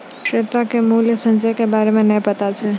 श्वेता के मूल्य संचय के बारे मे नै पता छै